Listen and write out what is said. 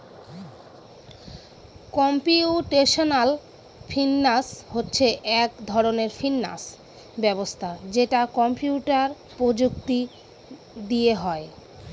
computational finance হচ্ছে এক ধরনের ফিনান্স ব্যবস্থা যেটা কম্পিউটার প্রযুক্তি দিয়ে হয়